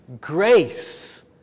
grace